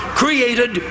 created